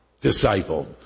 disciple